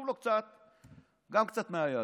שחשובה לו גם קצת היהדות.